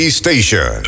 station